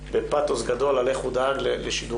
בפאתוס גדול על איך הוא דאג בשידורים,